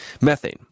Methane